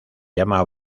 llama